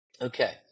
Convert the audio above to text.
Okay